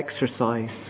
exercise